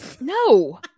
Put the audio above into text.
no